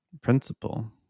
principle